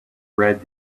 read